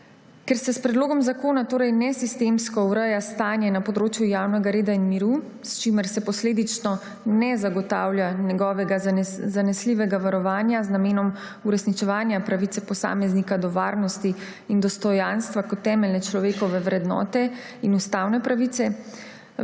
Ker se s predlogom zakona torej nesistemsko ureja stanje na področju javnega reda in miru, s čimer se posledično ne zagotavlja njegovega zanesljivega varovanja z namenom uresničevanja pravice posameznika do varnosti in dostojanstva kot temeljne človekove vrednote in ustavne pravice,